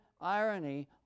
irony